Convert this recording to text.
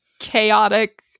Chaotic